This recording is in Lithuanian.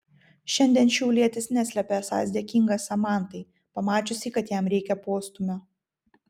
šiandien šiaulietis neslepia esąs dėkingas samantai pamačiusiai kad jam reikia postūmio